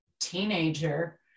teenager